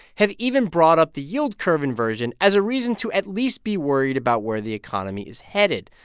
have even brought up the yield curve inversion as a reason to at least be worried about where the economy is headed.